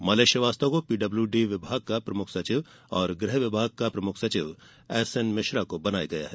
Malay Srivastava को PWD विभाग का प्रमुख सचिव गृह विभाग का प्रमुख सचिव एसएन मिश्रा को बनाया गया है